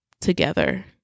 together